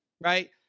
right